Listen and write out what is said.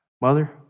mother